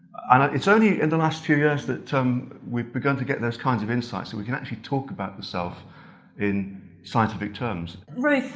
and it's only in the last few years that um we've begun to get those kinds of insights, that we can actually talk about the self in scientific terms. ruth,